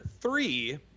three